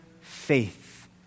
faith